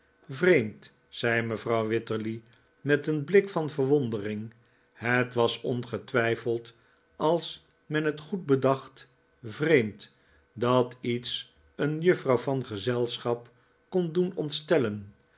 vreemd zei mevrouw wititterly met een blik van verwondering het was ongetwijfeld als men het goed bedacht vreemd dat iets een juffrouw van gezelschap kon doen ontstellen